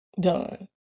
done